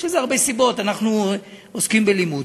יש לזה הרבה סיבות, אנחנו עוסקים בלימוד.